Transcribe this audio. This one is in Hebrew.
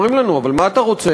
אומרים לנו: אבל מה אתה רוצה?